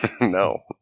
no